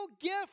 gift